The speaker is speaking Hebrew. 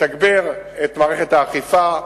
לתגבר את מערכת האכיפה,